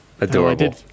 Adorable